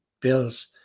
Bills